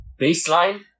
baseline